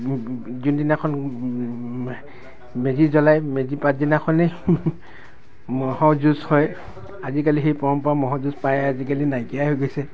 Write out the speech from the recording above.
যোনদিনাখন মেজি জ্বলাই মেজি পাছদিনাখনেই ম'হৰ যুঁজ হয় আজিকালি সেই পৰম্পৰা ম'হৰ যুঁজ প্ৰায় আজিকালি নাকিয়াই কৈ গৈছে